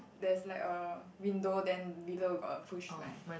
there's like a window then below got a push thing